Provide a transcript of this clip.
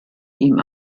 ihm